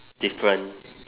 different